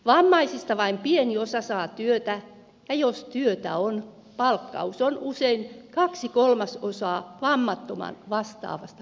vammaisista vain pieni osa saa työtä ja jos työtä on palkkaus on usein kaksi kolmasosaa vammattoman vastaavasta palkasta